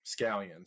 scallions